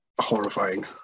horrifying